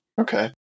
Okay